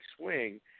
swing